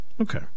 Okay